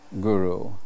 Guru